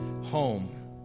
home